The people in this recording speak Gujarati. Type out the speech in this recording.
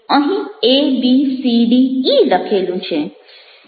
અહીં ABCDE લખેલું છે